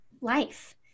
life